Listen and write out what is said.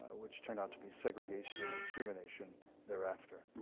which turned out to be segregation and discrimination thereafter.